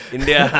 India